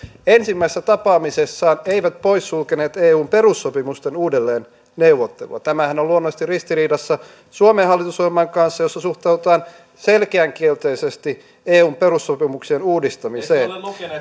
ensimmäisessä tapaamisessaan eivät poissulkeneet eun perussopimusten uudelleenneuvottelua tämähän on luonnollisesti ristiriidassa suomen hallitusohjelman kanssa jossa suhtaudutaan selkeän kielteisesti eun perussopimusten uudistamiseen